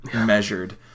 measured